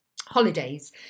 Holidays